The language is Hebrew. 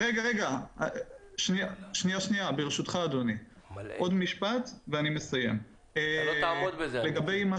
עוד משפט ואני מסיים - לגבי מה